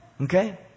Okay